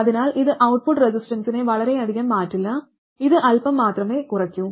അതിനാൽ ഇത് ഔട്ട്പുട്ട് റെസിസ്റ്റൻസിനെ വളരെയധികം മാറ്റില്ല ഇത് അൽപ്പം മാത്രമേ കുറയ്ക്കൂ